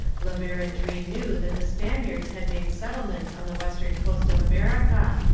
la verendrye knew that the spaniards had made settlements on the western coast of america,